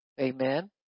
Amen